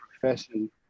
profession